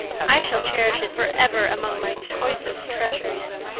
i shall cherish it forever among my choicest treasures.